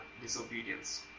disobedience